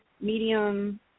medium